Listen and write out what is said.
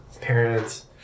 parents